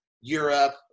Europe